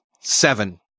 seven